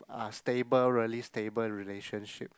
a stable really stable relationship